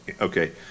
okay